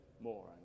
more